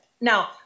Now